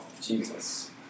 Jesus